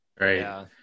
Right